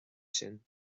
sin